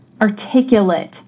articulate